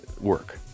work